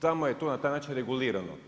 Tamo je to na taj način regulirano.